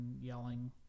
yelling